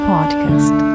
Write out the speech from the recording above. Podcast